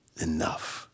enough